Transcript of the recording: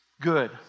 Good